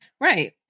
Right